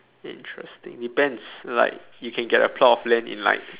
interesting depends like you can get a plot of land in like